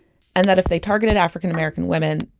and that if they targeted african american women,